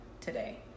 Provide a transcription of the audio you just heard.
today